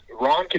Ron